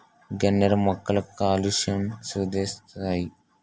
గన్నేరు మొక్కలు కాలుష్యంని సుద్దిసేస్తాయి